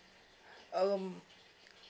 um